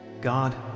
God